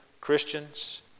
Christians